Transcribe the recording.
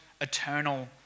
eternal